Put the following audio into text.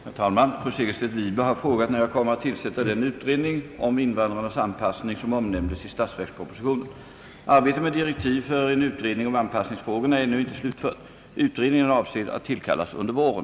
Herr talman! Fru Segerstedt Wiberg har frågat när jag kommer att tillsätta den utredning om invandrarnas anpassning som omnämndes i statsverkspropositionen. Arbetet med direktiv för en utredning om anpassningsfrågorna är ännu inte slutfört. Utredningen är avsedd att tillkallas under våren.